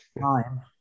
time